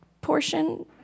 portion